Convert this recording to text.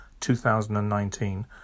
2019